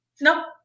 No